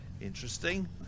Interesting